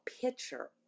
picture